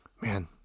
man